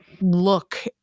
look